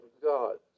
God